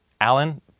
Alan